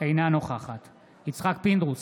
אינה נוכחת יצחק פינדרוס,